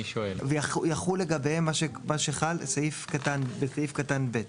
יחול לגביהן מה שחל בסעיף קטן (א).